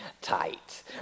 tight